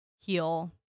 heal